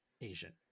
Asian